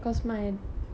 mm